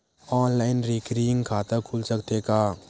Online recurring खाता खुल सकथे का?